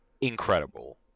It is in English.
incredible